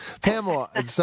Pamela